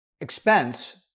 expense